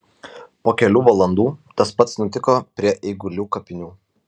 po kelių valandų tas pats nutiko prie eigulių kapinių